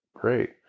great